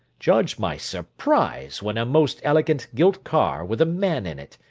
judge my surprise when a most elegant gilt car, with a man in it,